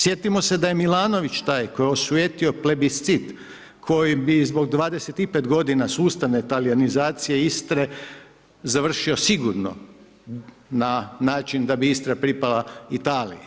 Sjetimo se da je Milanović taj koji je osvetio Plebiscit koji bi zbog 25 godina sustavne talijanizacije Istre završio sigurno na način da bi Istra pripala Italiji.